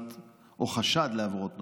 או חשד לעבירות נוספות,